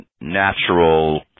natural